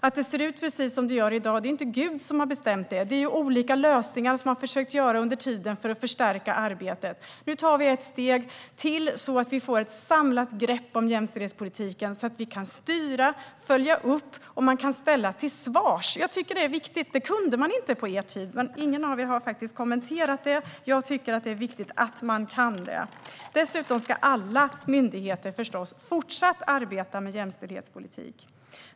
Att det ser ut som det gör i dag beror inte på att Gud har bestämt det, utan detta är olika lösningar som man har försökt att göra under tiden för att förstärka arbetet. Nu tar vi ytterligare ett steg för att få ett samlat grepp om jämställdhetspolitiken så att vi kan styra, följa upp och ställa till svars. Detta är viktigt, men man kunde inte göra det på er tid. Ingen av er har kommenterat det. Jag tycker att det är viktigt att detta kan göras. Dessutom ska förstås alla myndigheter fortsätta arbeta med jämställdhetspolitik.